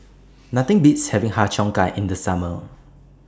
Nothing Beats having Har Cheong Gai in The Summer